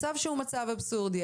מצב אבסורדי,